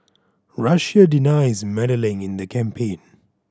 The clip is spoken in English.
Russia denies meddling in the campaign